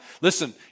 Listen